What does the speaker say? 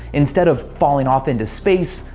instead of falling off into space,